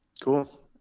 Cool